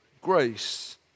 grace